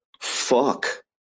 Fuck